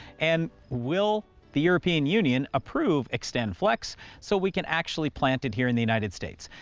and will the european union approve xtendflex so we can actually plant it here in the united states?